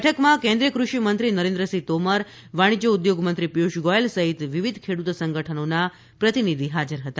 બેઠકમાં કેન્રીચ્ય કૃષિમંત્રી નરેન્ગ્રસિંહ તોમર વાણિજ્ય ઉદ્યોગમંત્રી પિયુષ ગોયલ સહિત વિવિધ ખેડૂત સંગઠનોના પ્રતિનિધિ હાજર હતા